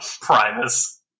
Primus